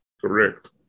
Correct